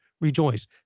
rejoice